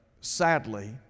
sadly